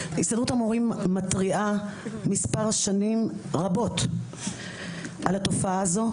הסתדרות המורים מתריעה מספר שנים רבות על התופעה הזו.